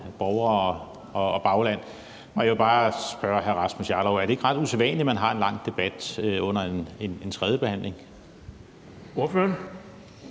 borgere og fra bagland. Jeg vil bare spørge hr. Rasmus Jarlov: Er det ikke ret usædvanligt, at man har en lang debat under en tredjebehandling? Kl.